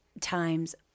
times